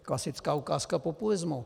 Klasická ukázka populismu.